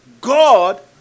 God